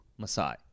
Maasai